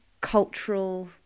cultural